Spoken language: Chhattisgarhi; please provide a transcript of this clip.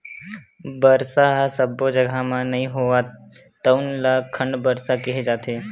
बरसा ह सब्बो जघा म नइ होवय तउन ल खंड बरसा केहे जाथे